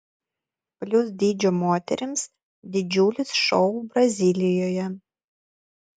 plius dydžio moterims didžiulis šou brazilijoje